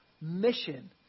mission